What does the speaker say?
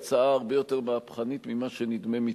היא הצעה הרבה יותר מהפכנית ממה שנדמה מתוכנה,